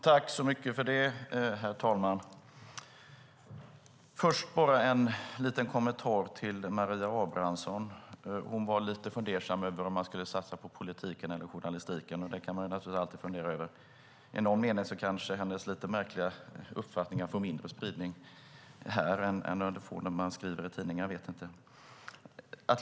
Herr talman! Först har jag bara en liten kommentar till Maria Abrahamsson. Hon var lite fundersam till om hon skulle satsa på politiken eller journalistiken, och det kan man ju fundera över. I någon mening kanske hennes något märkliga uppfattningar får mindre spridning här än vad de får när hon skriver i tidningar - jag vet inte.